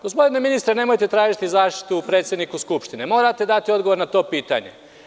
Gospodine ministre, nemojte tražiti zaštitu u predsedniku Skupštine -morate dati odgovor na to pitanje.